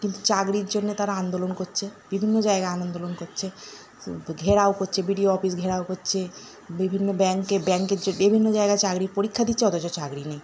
কিন্তু চাকরির জন্যে তারা আন্দোলন করছে বিভিন্ন জায়গায় আন্দোলন করছে ঘেরাও করছে বিডিও অফিস ঘেরাও করছে বিভিন্ন ব্যাংকে ব্যাংকের যে বিভিন্ন জায়গায় চাকরির পরীক্ষা দিচ্ছে অথচ চাকরি নেই